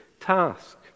task